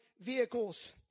vehicles